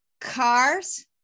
cars